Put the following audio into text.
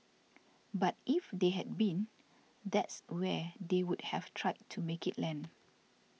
but if they had been that's where they would have tried to make it land